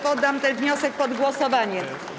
Poddam ten wniosek pod głosowanie.